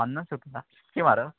पन्नास रुपया इतका मारग